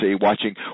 watching